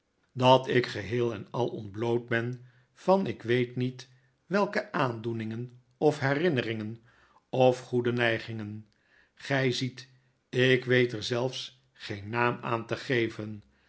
dat ik geheel en al ontbloot ben van ik weet niet weike aandoeningen of herinneringen of goede neigingen gij ziet ik weet er zelfs een naam aan tie geven